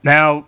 Now